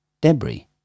debris